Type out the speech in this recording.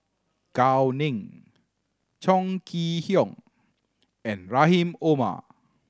Gao Ning Chong Kee Hiong and Rahim Omar